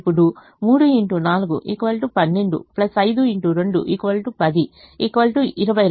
ఇప్పుడు 12 10 22 కాబట్టి u3 4